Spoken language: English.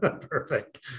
Perfect